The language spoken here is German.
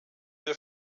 der